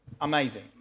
Amazing